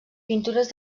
pintures